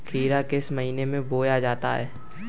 खीरा किस महीने में बोया जाता है?